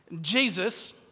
Jesus